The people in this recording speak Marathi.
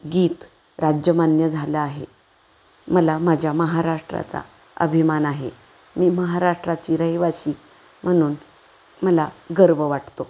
गीत राजमान्य झालं आहे मला माझ्या महाराष्ट्राचा अभिमान आहे मी महाराष्ट्राची रहिवासी म्हणून मला गर्व वाटतो